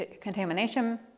contamination